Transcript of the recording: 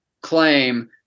claim